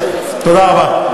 תודה רבה.